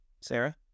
Sarah